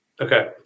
Okay